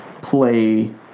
play